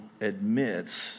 admits